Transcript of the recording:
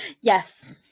Yes